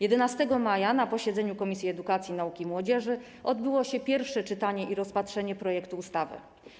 11 maja na posiedzeniu Komisji Edukacji, Nauki i Młodzieży odbyło się pierwsze czytanie i rozpatrzenie projektu ustawy.